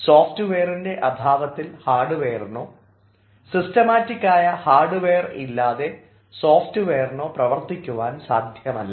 സോഫ്റ്റ്വെയറിൻറെ അഭാവത്തിൽ ഹാർഡ്വെയറിനൊ സിസ്റ്റമാറ്റികായ ഹാർഡ്വെയർ ഇല്ലാതെ സോഫ്റ്റ്വെയറിനൊ പ്രവർത്തിക്കുവാൻ സാധ്യമല്ല